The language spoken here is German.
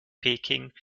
peking